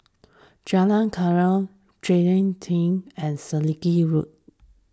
Jalan Chegar Jalan Pelatina and Selegie Road